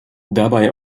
dabei